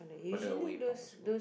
further from her school